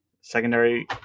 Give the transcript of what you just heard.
secondary